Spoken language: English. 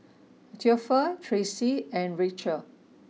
Theophile Tracey and Rachelle